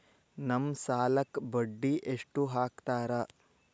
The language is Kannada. ನಮ್ ಸಾಲಕ್ ಬಡ್ಡಿ ಎಷ್ಟು ಹಾಕ್ತಾರ?